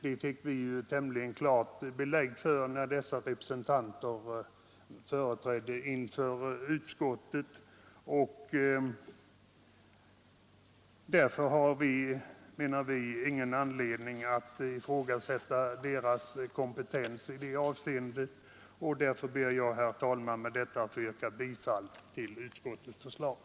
Det fick vi tämligen klart belägg för när vi i utskottet hörde företrädare för berörda parter, och vi har ingen anledning att ifrågasätta deras kompetens. Jag ber, herr talman, att få yrka bifall till utskottets hemställan.